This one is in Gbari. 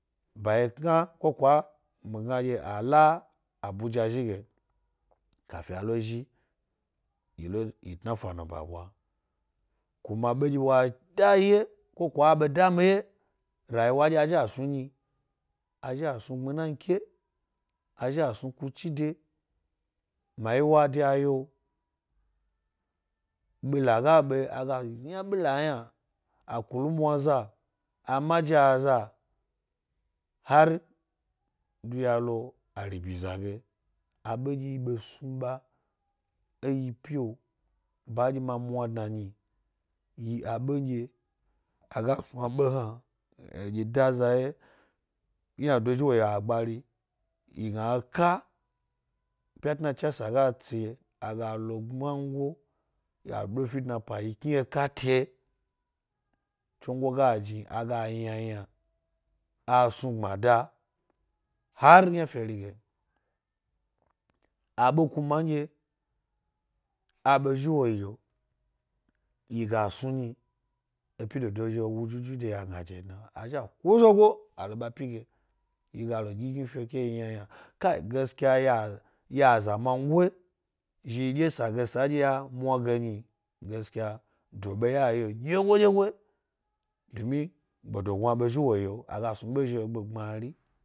Bawye kna koo kwa mi gna ɗye ala abuja zhi ge, kafin ale zhi yile tnafanu ba ɓwa. Kuma e ɗye wa da yi wye ko kwa aɓe dami wye, rayiwa aɓe zhi a snu nyi, a zhi a snu gbnunanke, a zhi a snu kuchi de, mayewa bye a yaa, ɓila ga ɓe a ga yna ɓila yria, a kulumwaza, a maja za, zari duga lo aribiza ge. ɓe ɗye yi ɓe snu ɓa e yi pi’o ma mwa dna nyi, yi abenɗye aga pmi aɓe hna e ɗye da za wye. Ynado zhi wo yio agbari yi gna eka, pya tnacha sa ga tsi, agalo gbmango, kea fi dnapa yi kni ekate. Tsomgo ga ini a ga ynayna a snu gbmada hari yna feri ge. aɓe kuma nɗye aɓe zhi wo yi, yi ga snu nyi, epi dodo zhi’o wujuju de yi a gna jemu, a zhi’a ku zogo a lo ba pige, yi ga lo ɗyigni fioke yi ynayna. Gaskya ya zamango zhi yiɗye sage, sage, sanɗye ya mw age nyi, gaskya dobeye a yi’o ɗyego-ɗye go domi gbedognu aɓe zhi wo yi’o a ga snu ɓe zhi’o gbmaari.